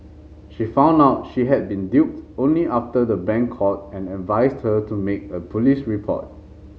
she found out she had been duped only after the bank called and advised her to make a police report